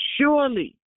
Surely